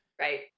Right